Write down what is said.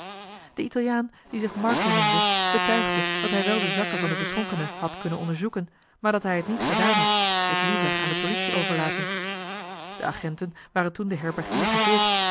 de italiaan die zich marco noemde betuigde dat hij wel de zakken van den beschonkene had kunnen onderzoeken maar dat hij het niet gedaan had dit liever aan de politie overlatend de agenten waren toen den herbergier gevolgd